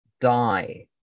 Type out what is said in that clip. die